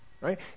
right